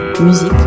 musique